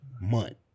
month